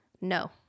No